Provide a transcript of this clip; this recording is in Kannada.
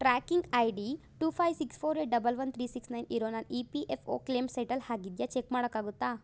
tracking I D two five six four eight double one three six nine zero ನನ್ನ E P F O claim settle ಆಗಿದ್ಯಾ ಚೆಕ್ ಮಾಡೋಕ್ಕಾಗುತ್ತಾ